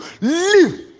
Live